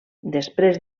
després